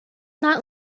not